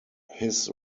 his